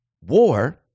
War